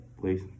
please